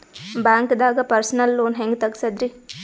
ಬ್ಯಾಂಕ್ದಾಗ personal loan ಹೆಂಗ್ ತಗ್ಸದ್ರಿ?